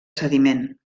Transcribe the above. sediment